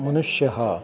मनुष्यः